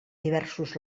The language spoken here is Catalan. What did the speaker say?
diversos